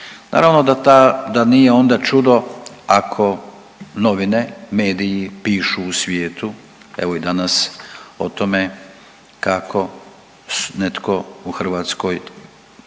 da ta, da nije onda čudo ako novine i mediji pišu u svijetu, evo i danas o tome kako netko u Hrvatskoj